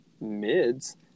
mids